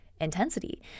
intensity